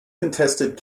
contested